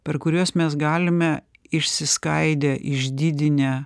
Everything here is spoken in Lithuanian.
per kuriuos mes galime išsiskaidę išdidinę